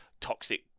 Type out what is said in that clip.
toxic